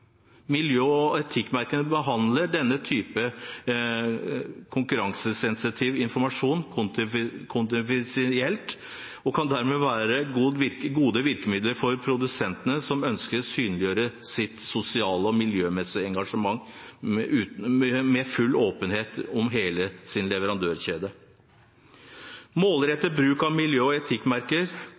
Miljø- og etikkmerkene behandler denne type konkurransesensitiv informasjon konfidensielt, og de kan derfor være gode virkemidler for produsentene som ønsker å synliggjøre sitt sosiale og miljømessige engasjement uten full åpenhet om hele sin leverandørkjede. Målrettet bruk av miljø- og etikkmerker